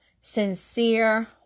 sincere